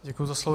Děkuji za slovo.